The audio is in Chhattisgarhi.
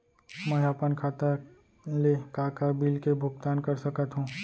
मैं ह अपन खाता ले का का बिल के भुगतान कर सकत हो